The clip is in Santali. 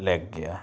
ᱞᱮᱜᱽ ᱜᱮᱭᱟ